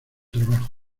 trabajo